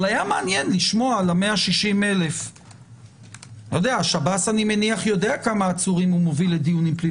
אבל הוצאנו מההסדר --- הוצאת מההסדר רק חלק מהדיונים הפליליים.